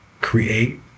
create